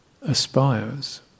aspires